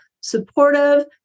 supportive